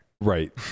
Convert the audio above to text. Right